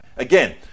Again